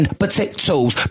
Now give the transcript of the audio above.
potatoes